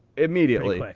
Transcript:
immediately,